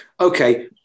Okay